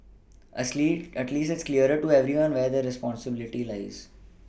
as least at least it's clearer to everyone where the responsibility lies